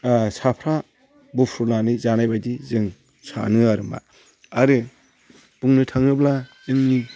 साफ्रा बुफ्रुनानै जानायबायदि जों सानो आरोमा आरो बुंनो थाङोब्ला जोंनि